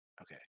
Okay